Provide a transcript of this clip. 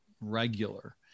regular